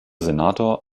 senator